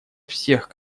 всех